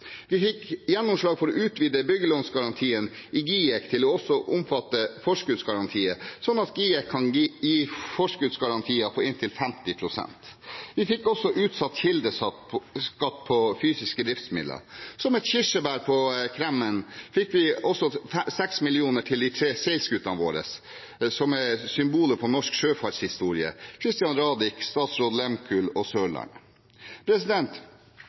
Vi fikk gjennomslag for å utvide byggelånsgarantien i GIEK til også å omfatte forskuddsgarantier, slik at GIEK kan gi forskuddsgarantier på inntil 50 pst. Vi fikk også utsatt kildeskatt på fysiske driftsmidler. Som et kirsebær på kremen fikk vi også 6 mill. kr til de tre seilskutene våre, som er symbolet på norsk sjøfartshistorie: Christian Radich, Statsraad Lehmkuhl og Sørlandet.